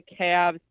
Cavs